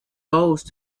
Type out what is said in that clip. bose